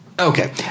Okay